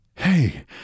Hey